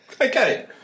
Okay